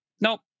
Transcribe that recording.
Nope